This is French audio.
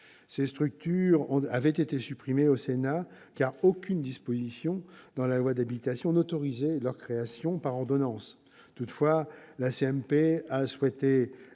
Ces structures avaient été supprimées au Sénat, car aucune disposition de la loi d'habilitation n'autorisait leur création par ordonnance. Toutefois, la commission